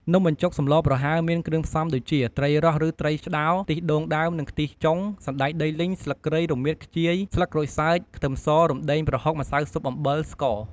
នំបញ្ចុកសម្លប្រហើរមានគ្រឿងផ្សំដូចជា ត្រីរ៉ស់ឬត្រីឆ្តោរ ខ្ទិះដូងដើមនិងខ្ទិះចុង សណ្តែកដីលីង ស្លឺកគ្រៃ រមៀត ខ្ជាយ ស្លឹកក្រូចសើច ខ្ទឹមស រំដេង ប្រហុក ម្សៅស៊ុប អំបិល ស្ករ។